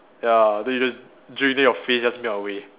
ya then you just drink then your face just melt away